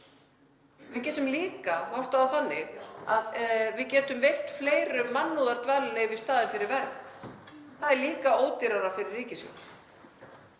Við getum líka horft á það þannig að við getum veitt fleirum mannúðardvalarleyfi í staðinn fyrir vernd. Það er líka ódýrara fyrir ríkissjóð.